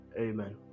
Amen